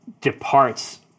departs